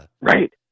Right